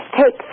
take